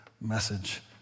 message